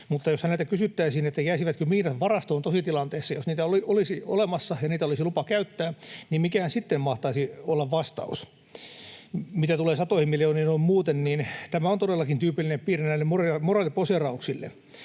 Mutta, jos häneltä kysyttäisiin, jäisivätkö miinat varastoon tositilanteessa, jos niitä olisi olemassa ja niitä olisi lupa käyttää, niin mikähän sitten mahtaisi olla vastaus? Mitä tulee satoihin miljooniin noin muuten, niin tämä on todellakin tyypillinen piirre näille moraaliposeerauksille.